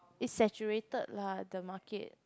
it's saturated lah the market